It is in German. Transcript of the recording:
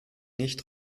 nicht